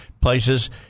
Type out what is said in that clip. places